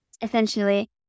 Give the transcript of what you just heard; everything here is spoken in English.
essentially